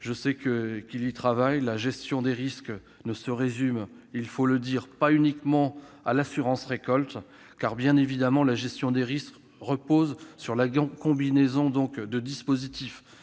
Je sais qu'il y travaille. La gestion des risques ne se résume pas uniquement à l'assurance récolte. Bien évidemment, la gestion du risque repose sur la combinaison de dispositifs